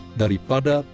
daripada